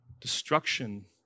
Destruction